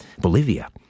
Bolivia